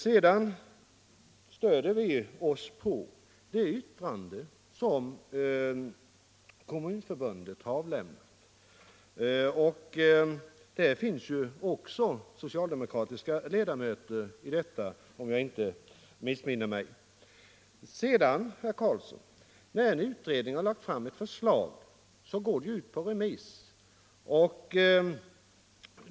Vi stöder oss på det yttrande som Kommunförbundet har avlämnat. Där finns ju också socialdemokratiska ledamöter, om jag inte missminner mig. När en utredning har lagt fram ett förslag, så går det ju ut på remiss.